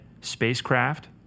spacecraft